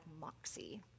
moxie